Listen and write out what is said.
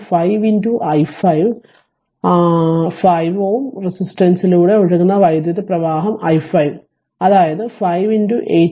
അതിനാൽ Va 5 i5 r 5 Ω റെസിസ്റ്റൻസിലൂടെ ഒഴുകുന്ന വൈദ്യുത പ്രവാഹം i5 അതായത് 5 8